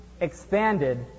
expanded